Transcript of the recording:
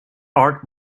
art